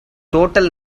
total